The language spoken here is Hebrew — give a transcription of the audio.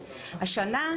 השנה,